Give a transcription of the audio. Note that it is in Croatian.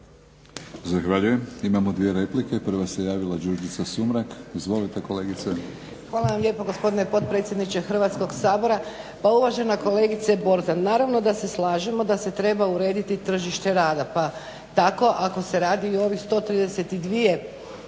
Zahvaljujem. Imamo tri replike. Prva se javila Đurđica Sumrak. Izvolite kolegice. **Sumrak, Đurđica (HDZ)** Hvala vam lijepo gospodine potpredsjedniče Hrvatskog sabora. Pa uvažena kolegice Borzan, naravno da se slažemo da se treba urediti tržište rada. Tako ako se radi i o ovih 132